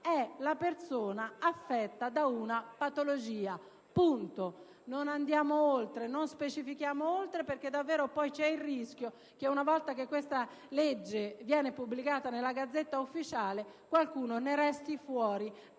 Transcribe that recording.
è la persona affetta da una patologia. Non andiamo oltre, non specifichiamo altro, perché poi davvero c'è il rischio che, una volta che questa legge venga pubblicata sulla *Gazzetta Ufficiale*, qualcuno ne resti fuori